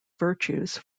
virtues